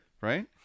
Right